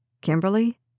Kimberly